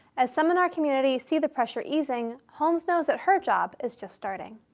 as some in our communities see the pressure easing, holmes knows that her job is just starting.